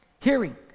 hearing